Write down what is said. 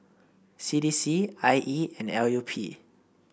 C D C I E and L U P